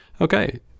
Okay